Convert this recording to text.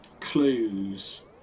clues